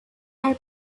are